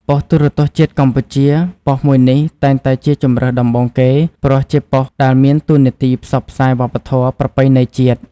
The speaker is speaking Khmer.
ប៉ុស្តិ៍ទូរទស្សន៍ជាតិកម្ពុជា ប៉ុស្តិ៍មួយនេះតែងតែជាជម្រើសដំបូងគេ ព្រោះ ជាប៉ុស្តិ៍រដ្ឋដែលមានតួនាទីផ្សព្វផ្សាយវប្បធម៌ប្រពៃណីជាតិ។